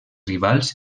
rivals